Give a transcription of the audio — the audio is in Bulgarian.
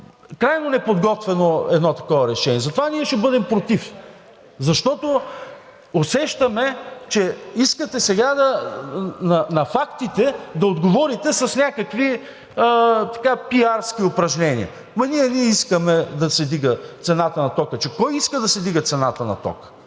Крайно неподготвено е едно такова решение. Затова ние ще бъдем против, защото усещаме, че искате сега на фактите да отговорите с някакви пиарски упражнения: ама ние не искаме да се вдига цената на тока. Че кой иска да се вдига цената на тока?